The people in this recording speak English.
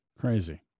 Crazy